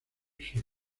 sus